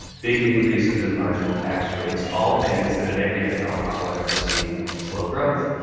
big increases in marginal tax rates all things that in every economic model i've ever seen, slow growth.